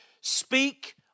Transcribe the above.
speak